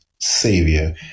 Savior